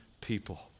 people